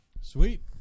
Sweet